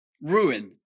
ruin